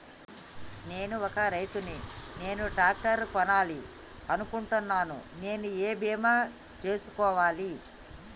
నేను ఒక రైతు ని నేను ట్రాక్టర్ కొనాలి అనుకుంటున్నాను నేను ఏ బీమా ఎంచుకోవాలి?